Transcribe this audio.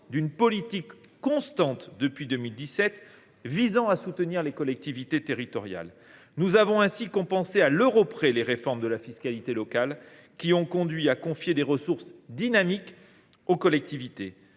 d’une politique, constante depuis 2017, visant à soutenir les collectivités territoriales. Nous avons ainsi compensé à l’euro près les réformes de la fiscalité locale, qui ont conduit à confier des ressources dynamiques aux collectivités.